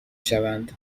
شوند